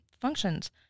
functions